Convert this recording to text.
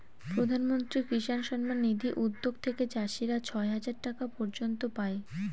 প্রধান মন্ত্রী কিষান সম্মান নিধি উদ্যাগ থেকে চাষীরা ছয় হাজার টাকা পর্য়ন্ত পাই